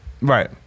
Right